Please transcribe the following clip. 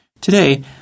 Today